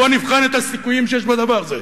בואו נבחן את הסיכויים שיש בדבר הזה.